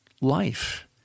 life